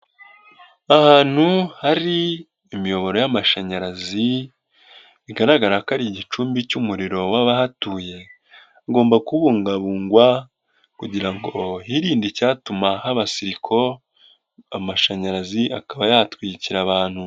Ahantu hari imiyoboro y'amashanyarazi bigaragara ko ari igicumbi cy'umuriro wabahatuye. Ugomba kubungabungwa kugira ngo hirindwe icyatuma haba siriko amashanyarazi akaba yatwikira abantu.